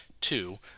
Two